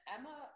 Emma